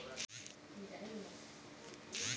लेखा परीक्षणत कंपनीर खातात गड़बड़ी पाल गेल छ